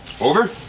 Over